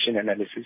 analysis